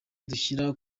dushyira